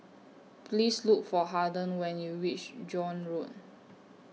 Please Look For Harden when YOU REACH Joan Road